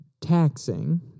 taxing